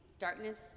darkness